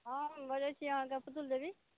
हॅं हम बजै छी अहाँके पुतुल देवी